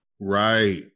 right